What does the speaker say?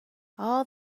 all